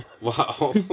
Wow